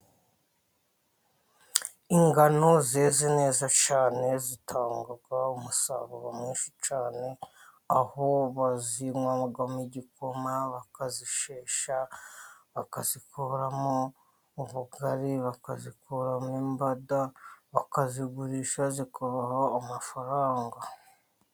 Ingano zeze neza cyane zitanga umusaruro mwinshi cyane. Aho bazinywamo igikoma, bakazishesha bakakuramo ubugari, bakazikuramo imbada, bakazigurisha zikubaha amafaranga.